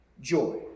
joy